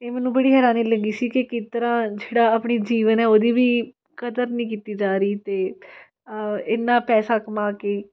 ਇਹ ਮੈਨੂੰ ਬੜੀ ਹੈਰਾਨੀ ਲੱਗੀ ਸੀ ਕਿ ਕਿ ਤਰ੍ਹਾਂ ਜਿਹੜਾ ਆਪਣੀ ਜੀਵਨ ਹੈ ਉਹਦੀ ਵੀ ਕਦਰ ਨਹੀਂ ਕੀਤੀ ਜਾ ਰਹੀ ਅਤੇ ਇੰਨਾਂ ਪੈਸਾ ਕਮਾ ਕੇ